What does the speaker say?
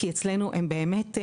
כי אצלנו הם באמת,